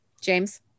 James